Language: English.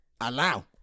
allow